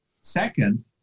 Second